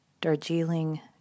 Darjeeling